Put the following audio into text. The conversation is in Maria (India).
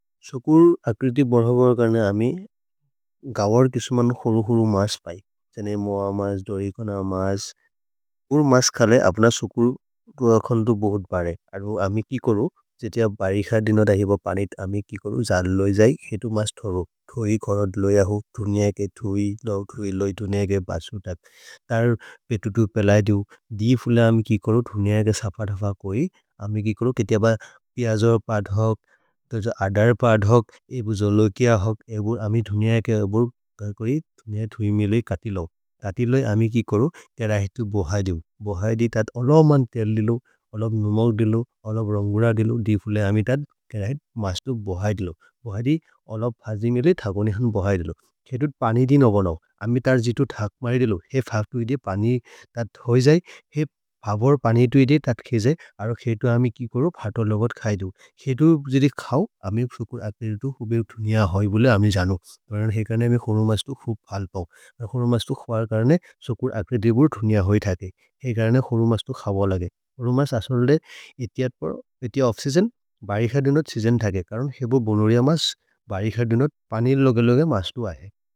सकुर अकरिति बरहगर करने आमे गावर किसमान हुरु हुरु मास पाइ जाने मौआ मास, दोरिखणा मास उर मास खाले आपना सुकुर दोरखन तो बहुत बारे आर आमे की करो। जटी आप बारीखार दिनो दाइगेबो पानी आमे की करो, जाल लोई जाइ, हेटु मास थोरो धोई करो दिलो या हो, धुनिया के धुई लो। धुनिया के बासु टाग तार पे टुटु पेलाइ दु, दी फुले आमे की करो, धुनिया के साफाठाफा कोई अमे की करो, केटी आबा प्याजर पाठ होग। अडर पाठ होग, जाल लोई किया होग, अमे धुनिया के धुई मिलोई काती लो ताती लोई अमे की करो, के रहे थु बहाई दु, बहाई दी तात अलाब मान तेल लिलो। अलाब मुमल दिलो, अलाब रंगुरा दिलो, दी फुले आमे तात के रहे मास तु बहाई दिलो, बहाई दी अलाब भाजी मेले ठाको निहन बहाई दिलो खेटो पानी दी नवा नाओ। अमे तार जीटो ठाक मारी डिलो, हे फाफटो इदे पानी तात धोई जाई, हे फाफ़ोर पानी इदे तात खेजे, अरो खेटो आमे की करो भाटो लोगड खाइ दू, खेटो जिदी खाओ। अमे शुकुर अक्रे दी बूर धुनिया हो होई थाके, हे करणे खोरु मास तो खाबा लागे, खोरु मास असनोल दे इतिया अफसीजन, बारीखा दिनोट सीजन थाके। करण हेबो बोनोरीया मास बारीखा दिनोट पानी लोगे लोगे मास तो आहे।